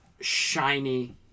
shiny